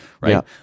right